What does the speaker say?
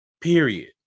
Period